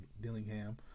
Dillingham